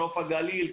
בנוף הגליל,